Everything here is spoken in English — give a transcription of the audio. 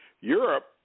Europe